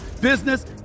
business